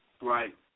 Right